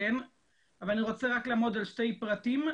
אבל אני רוצה לעמוד על שני פרטים,